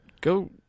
go